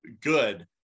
good